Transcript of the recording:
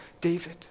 David